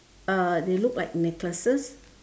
uh they look like necklaces